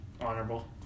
honorable